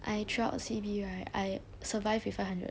I throughout C_B right I survive with five hundred